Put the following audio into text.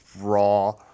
raw